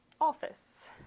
office